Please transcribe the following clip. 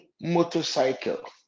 motorcycle